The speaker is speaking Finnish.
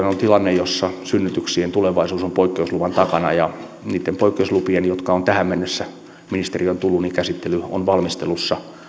on tilanne jossa synnytyksien tulevaisuus on poikkeusluvan takana ja niitten poikkeuslupien jotka ovat tähän mennessä ministeriöön tulleet käsittely on valmistelussa